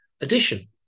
addition